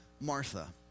Martha